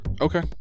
okay